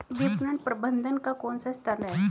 विपणन प्रबंधन का कौन सा स्तर है?